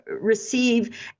receive